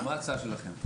מה ההצעה שלכם?